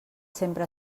sempre